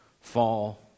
fall